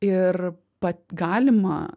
ir pat galima